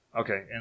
okay